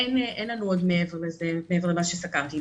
אין לנו עוד מעבר למה שסקרתי.